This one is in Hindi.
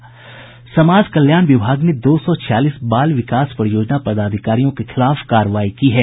समाज कल्याण विभाग ने दो सौ छियालीस बाल विकास परियोजना पदाधिकारियों के खिलाफ कार्रवाई की है